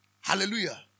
hallelujah